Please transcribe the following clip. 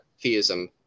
theism